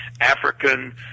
African